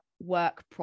work